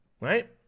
Right